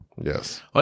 Yes